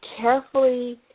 carefully